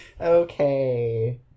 Okay